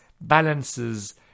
balances